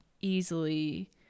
easily